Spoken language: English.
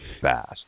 fast